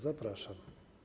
Zapraszam.